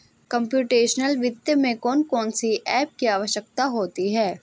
computational वित्त में कौन कौन सी एप की आवश्यकता होती है